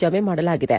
ಜಮೆ ಮಾಡಲಾಗಿದೆ